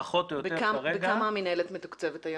בכמה המינהלת מתקצבת היום?